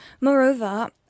Moreover